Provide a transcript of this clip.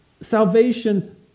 salvation